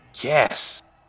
Yes